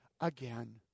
again